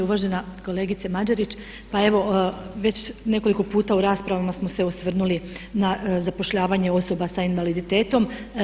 Uvažena kolegica Mađerić, pa evo već nekoliko puta u raspravama smo se osvrnuli na zapošljavanje osoba s invaliditetom.